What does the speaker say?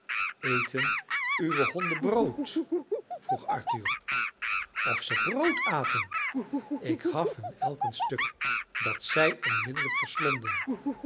eten uwe honden brood vroeg arthur of ze brood aten ik gaf hun elk een stuk dat zij onmiddellijk